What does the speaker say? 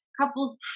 couples